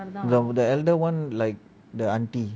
the the elder one like the aunty